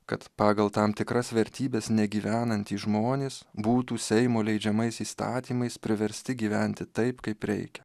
kad pagal tam tikras vertybes negyvenantys žmonės būtų seimo leidžiamais įstatymais priversti gyventi taip kaip reikia